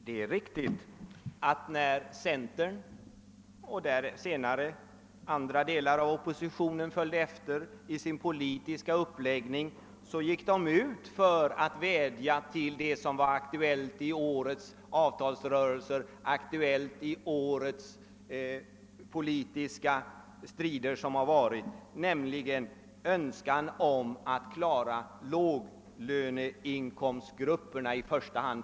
Herr talman! Det är riktigt att centerpartiet — Övriga delar av oppositionen följde senare efter — i sin politiska uppläggning gick ut med det som var aktuellt i årets avtalsrörelse och i årets politiska stridigheter, nämligen en önskan att klara i första hand låglöneinkomstgrupperna som sitter hårdast i kläm.